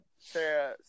Sarah